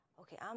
okay